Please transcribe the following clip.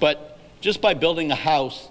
but just by building a house